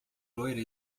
loira